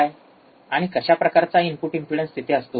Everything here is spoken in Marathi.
आणि कशाप्रकारचा इनपुट इम्पेडन्स तिथे असतो